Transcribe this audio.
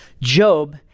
Job